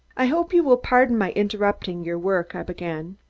i hope you will pardon my interrupting your work i began.